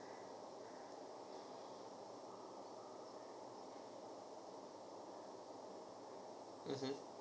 mmhmm